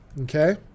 okay